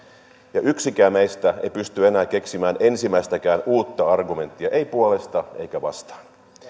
ja yksikään meistä ei pysty enää keksimään ensimmäistäkään uutta argumenttia ei puolesta eikä vastaan